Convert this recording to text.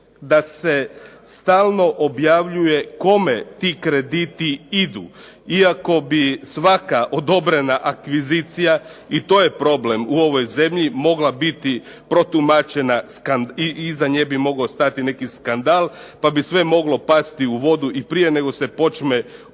da se stalno objavljuje kome ti krediti idu. Iako bi svaka odobrena akvizicija i to je problem u ovoj zemlji, mogla biti protumačena i iza nje bi mogao stati neki skandal pa bi sve moglo pasti u vodu i prije nego se počne